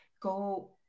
go